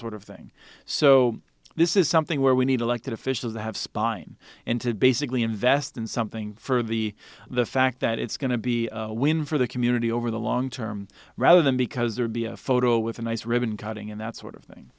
sort of thing so this is something where we need elected officials to have spine and to basically invest in something for the the fact that it's going to be win for the community over the long term rather than because there'd be a photo with a nice ribbon cutting and that sort of thing